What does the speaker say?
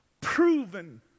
Proven